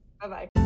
Bye-bye